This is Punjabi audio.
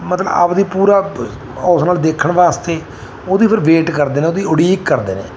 ਮਤਲਬ ਆਪਣੀ ਪੂਰਾ ਉਸ ਨਾਲ ਦੇਖਣ ਵਾਸਤੇ ਉਹਦੀ ਫਿਰ ਵੇਟ ਕਰਦੇ ਨੇ ਉਹਦੀ ਉਡੀਕ ਕਰਦੇ ਨੇ